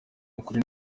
ukuri